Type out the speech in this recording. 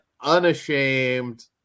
unashamed